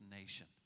nation